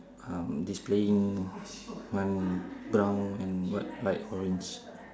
um displaying one brown and what light orange